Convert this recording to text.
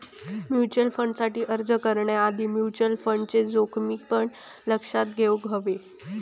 mutual फंडसाठी अर्ज करण्याआधी म्युचल फंडचे जोखमी पण लक्षात घेउक हवे